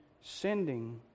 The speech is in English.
sending